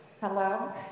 Hello